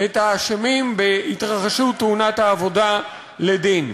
את האשמים בהתרחשות תאונת העבודה לדין.